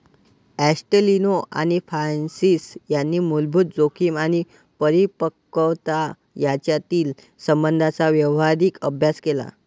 ॲस्टेलिनो आणि फ्रान्सिस यांनी मूलभूत जोखीम आणि परिपक्वता यांच्यातील संबंधांचा व्यावहारिक अभ्यास केला